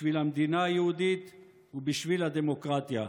בשביל המדינה היהודית ובשביל הדמוקרטיה.